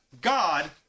God